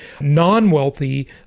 non-wealthy